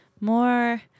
more